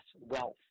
wealth